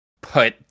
put